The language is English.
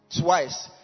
twice